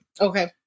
Okay